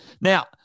now